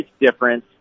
difference